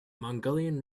mongolian